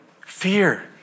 fear